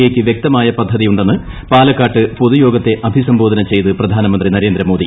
എയ്ക്ക് വൃക്തമായ പദ്ധതിയുണ്ടെന്ന് പാലക്കാട്ട് പൊതുയോഗത്തെ അഭിസംബോധന ചെയ്ത് പ്രധാനമന്ത്രി നരേന്ദ്രമോദി